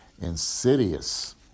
insidious